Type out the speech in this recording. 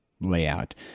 layout